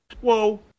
whoa